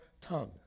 tongue